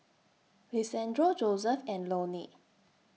Lisandro Joseph and Loni